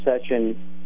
session